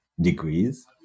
degrees